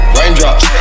Raindrops